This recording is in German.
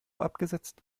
abgesetzt